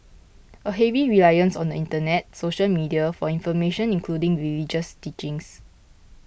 a heavy reliance on the internet social media for information including religious teachings